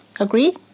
Agree